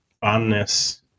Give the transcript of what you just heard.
fondness